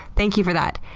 thank you for that,